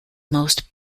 most